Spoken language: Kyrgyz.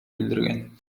билдирген